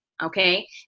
Okay